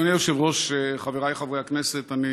אדוני היושב-ראש, חבריי חברי הכנסת, אני